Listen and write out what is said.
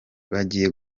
bagiye